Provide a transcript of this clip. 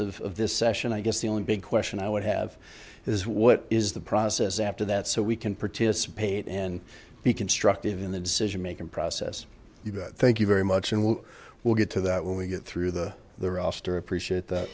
mindedness of this session i guess the only big question i would have is what is the process after that so we can participate and be constructive in the decision making process thank you very much and we will get to that when we get through the the roster appreciate that